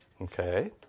Okay